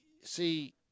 see